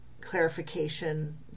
clarification